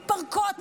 מתפרקות,